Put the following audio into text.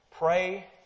Pray